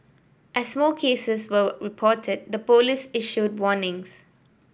as more cases were reported the police issued warnings